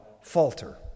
falter